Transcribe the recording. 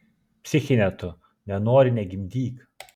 psichine tu nenori negimdyk